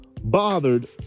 bothered